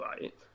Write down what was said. right